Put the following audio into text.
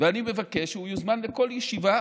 ואני מבקש שהוא יוזמן לכל ישיבה